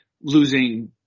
losing